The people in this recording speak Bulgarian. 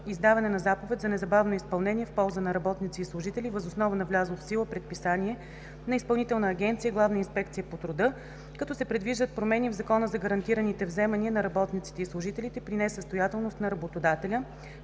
издаване на заповед за незабавно изпълнение в полза на работници и служители въз основа на влязло в сила предписание на Изпълнителна агенция „Главна инспекция по труда“, като се предвиждат промени в Закона за гарантираните вземания на работниците и служителите при несъстоятелност на работодателя,